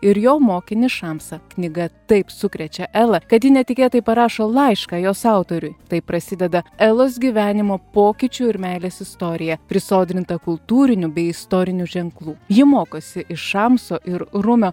ir jo mokinį šamsą knyga taip sukrečia elą kad ji netikėtai parašo laišką jos autoriui taip prasideda elos gyvenimo pokyčių ir meilės istorija prisodrinta kultūrinių bei istorinių ženklų ji mokosi iš šamso ir rumio